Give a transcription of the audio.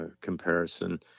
comparison